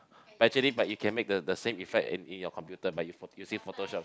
actually but you can make the the same effect in in your computer by using using Photoshop